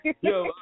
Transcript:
yo